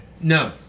No